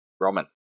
Roman